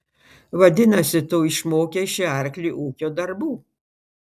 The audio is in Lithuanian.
vadinasi tu išmokei šį arklį ūkio darbų